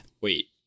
Wait